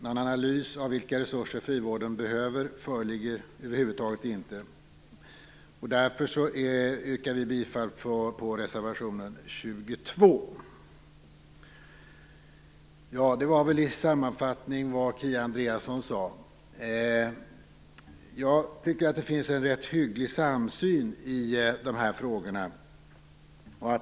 Någon analys av vilka resurser som frivården behöver föreligger över huvud taget inte. Därför yrkar vi bifall till reservation 22. Det här är väl i sammanfattning vad Kia Andreasson sade. Jag tycker att det finns en rätt hygglig samsyn i de här frågorna.